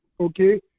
okay